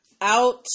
out